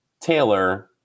Taylor